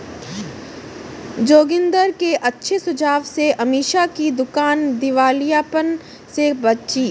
जोगिंदर के अच्छे सुझाव से अमीषा की दुकान दिवालियापन से बची